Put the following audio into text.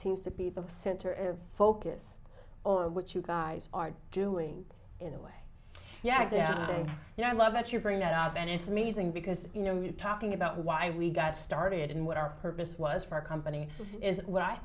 seems to be the center of focus on what you guys are doing in a way yeah yeah and you know i love that you bring that out and it's amazing because you know you talking about why we got started and what our purpose was for our company is what i